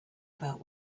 about